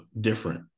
different